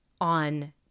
on